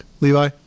Levi